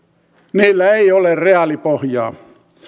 niillä ei ole reaalipohjaa